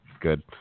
good